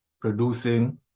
producing